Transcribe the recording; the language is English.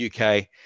UK